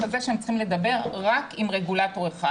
הזה שהם צריכים לדבר רק עם רגולטור אחד.